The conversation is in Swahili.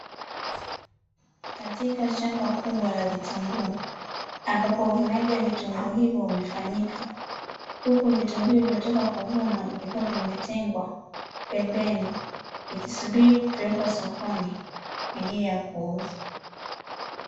Katika shamba kubwa la vitunguu ambapo uvunaji wa vitungu hivyo umefanyika huku vitunguu vilivyotoka kuvunwa vikiwa vimepangwa pembeni vikisubiri kupelekwa sokoni kwaajili ya kuuzwa